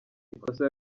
ikosa